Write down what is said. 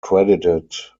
credited